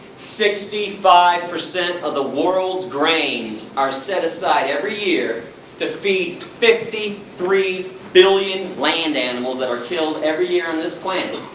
sixty five percent of the worlds grains are set aside every year to feed fifty three billion land animals that are killed every year on this planet.